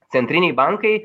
centriniai bankai